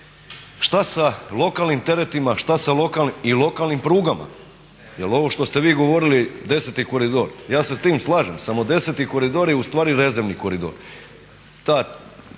šta sa lokalnim, i lokalnim prugama. Jer ovo što ste vi govorili 10. koridor. Ja se sa time slažem. Samo 10. koridor je ustvari rezervni koridor.